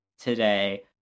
today